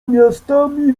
miastami